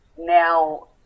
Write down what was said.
now